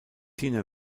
tina